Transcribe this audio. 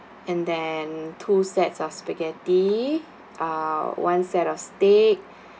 and then two sets of spaghetti uh one set of steak